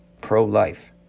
Pro-life